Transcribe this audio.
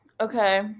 Okay